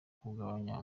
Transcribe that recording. kugabanya